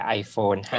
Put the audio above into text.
iPhone